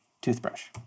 toothbrush